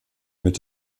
mit